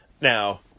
Now